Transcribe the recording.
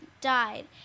died